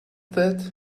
that